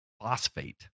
phosphate